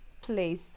place